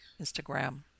Instagram